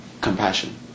compassion